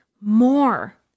more